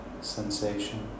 sensation